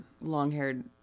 long-haired